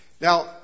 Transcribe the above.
Now